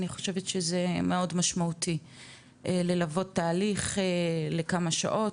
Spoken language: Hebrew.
אני חושבת שזה מאוד משמעותי ללוות את ההליך לכמה שעות,